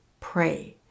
Pray